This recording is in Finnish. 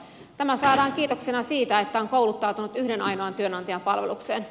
tämä saadaan kiitoksena siitä että on kouluttautunut yhden ainoan työnantajan palvelukseen